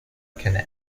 canal